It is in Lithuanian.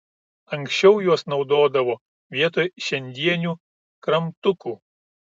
anksčiau juos naudodavo vietoj šiandienių kramtukų